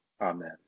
Amen